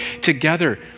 together